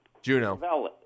Juno